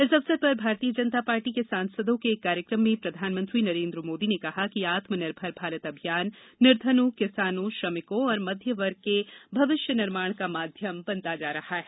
इस अवसर पर भारतीय जनता पार्टी के सांसदों के एक कार्यक्रम में प्रधानमंत्री नरेन्द्र मोदी ने कहा कि आत्मनिर्भर भारत अभियान निर्धनों किसानों श्रमिकों और मध्य वर्ग के भविष्य निर्माण का माध्यम बनता जा रहा है